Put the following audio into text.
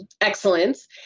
excellence